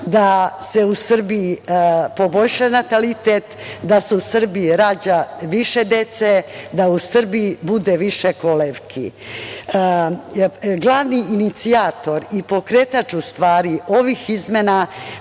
da se u Srbiji poboljša natalitet, da se u Srbiji rađa više dece, da u Srbiji bude više kolevki. Glavni inicijator i pokretač stvari, ovih izmena,